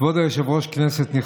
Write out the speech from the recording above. מחרישה ונמנעת?